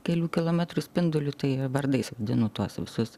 kelių kilometrų spinduliu tai vardais vadinu tuos visus